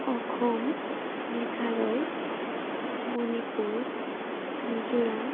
Assam Meghalaya Manipur Mizoram